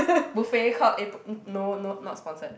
buffet called April no not sponsored